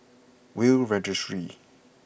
Will Registry